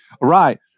right